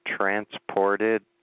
transported